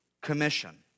commission